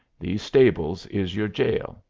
these stables is your jail.